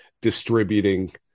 distributing